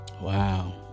Wow